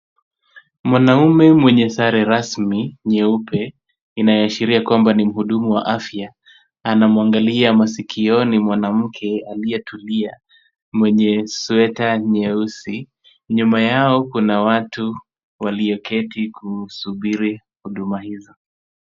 Mwanaume mwenye sare rasmi nyeupe inayoashiria kwamba ni mhudumu wa afya anamwangalia masikioni mwanamke aliyetulia mwenye sweta nyeusi. Nyuma yao kuna watu walioketi kusubiri huduma hizo.